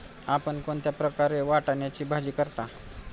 आपण कोणत्या प्रकारे वाटाण्याची भाजी करता?